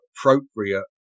appropriate